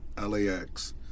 LAX